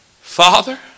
Father